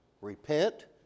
Repent